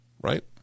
Right